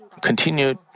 continued